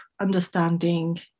understanding